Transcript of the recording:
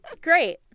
Great